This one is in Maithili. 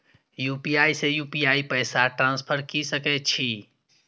यू.पी.आई से यू.पी.आई पैसा ट्रांसफर की सके छी?